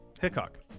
Hickok